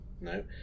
No